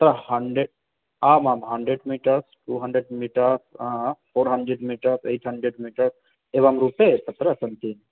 तत्र आमां hundred metre two hundred metres four hundred metre eight hundred metres एवं रूपे तत्र सन्ति